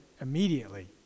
immediately